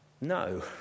No